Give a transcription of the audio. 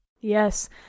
Yes